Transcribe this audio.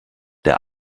der